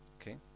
okay